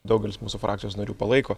daugelis mūsų frakcijos narių palaiko